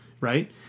Right